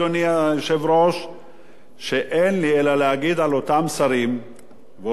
שאין לי אלא להגיד על אותם שרים ואותם חברי ממשלה חסרי אחריות